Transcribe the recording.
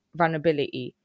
vulnerability